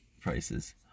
prices